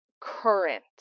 current